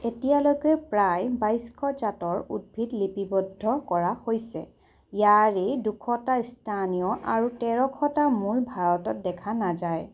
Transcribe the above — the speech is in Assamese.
এতিয়ালৈকে প্ৰায় বাইছশ জাতৰ উদ্ভিদ লিপিবদ্ধ কৰা হৈছে ইয়াৰে দুশটা স্থানীয় আৰু তেৰশটা মূল ভাৰতত দেখা নাযায়